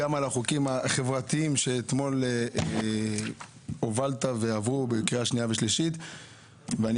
גם על החוקים החברתיים שאתמול הובלת ועברו בקריאה שנייה ושלישית ואני